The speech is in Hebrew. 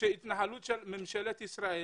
שלהתנהלות של ממשלת ישראל